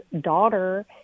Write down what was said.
daughter